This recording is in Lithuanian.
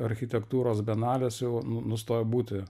architektūros bienalės jau nu nustojo būti